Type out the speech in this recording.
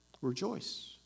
Rejoice